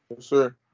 Sure